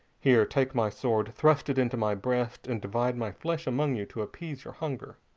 here, take my sword, thrust it into my breast, and divide my flesh among you to appease your hunger.